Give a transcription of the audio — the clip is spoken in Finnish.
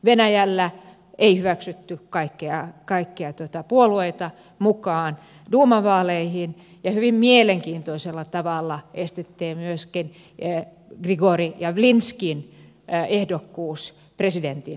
venäjällä ei hyväksytty kaikkia puolueita mukaan duuman vaaleihin ja hyvin mielenkiintoisella tavalla estettiin myöskin grigori javlinskin ehdokkuus presidentinvaaleissa